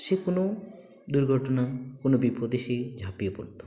সে কোনো দুর্ঘটনা কোনো বিপদে সে ঝাঁপিয়ে পড়ত